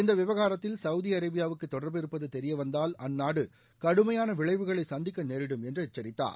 இந்த விவகாரத்தில் சவுதி அரேபியாவுக்கு தொடர்பு இருப்பது தெரியவந்தால் அந்நாடு கடுமையான விளைவுகளை கந்திக்க நேரிடும் என்றும் எச்சரித்தார்